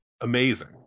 amazing